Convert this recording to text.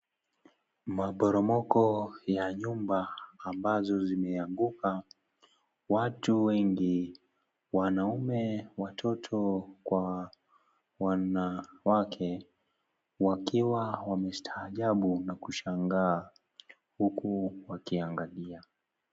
Maporomoko ya nyumba ambazo zimeanguka. Watu wengi wanaume, watoto kwa wanawake wakiwa wamestaajabu na kushangaa huku wakiangalia.